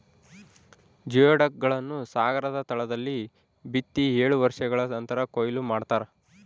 geoduck ಗಳನ್ನು ಸಾಗರದ ತಳದಲ್ಲಿ ಬಿತ್ತಿ ಏಳು ವರ್ಷಗಳ ನಂತರ ಕೂಯ್ಲು ಮಾಡ್ತಾರ